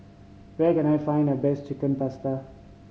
where can I find the best Chicken Pasta